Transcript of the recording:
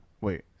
Wait